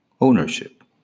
ownership